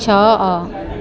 ଛଅ